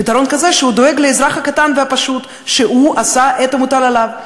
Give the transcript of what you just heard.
פתרון כזה שדואג לאזרח הקטן והפשוט שעשה את המוטל עליו.